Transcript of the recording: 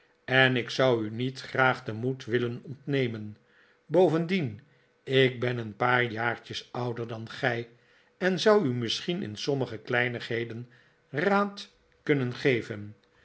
en ik zou u niet graag den moed willen ontnemen bovendien ik ben een paar jaartjes ouder dan gij en zou u misschien in sommige kleinigheden raad kunnen geven